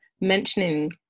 mentioning